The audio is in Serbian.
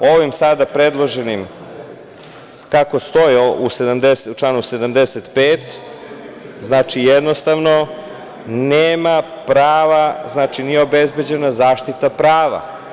Ovim predloženim, kako stoji u članu 75, jednostavno nema prava, nije obezbeđena zaštita prava.